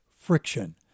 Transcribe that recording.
friction